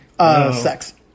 Sex